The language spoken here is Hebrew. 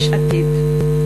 יש עתיד.